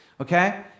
okay